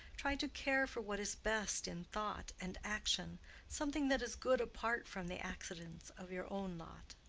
try to care for what is best in thought and action something that is good apart from the accidents of your own lot.